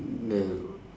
the